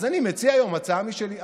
אז אני מציע היום הצעה משלי.